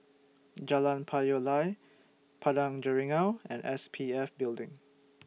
Jalan Payoh Lai Padang Jeringau and S P F Building